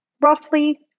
roughly